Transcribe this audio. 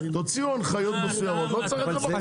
תוציאו הנחיות מסוימות, לא צריך את זה.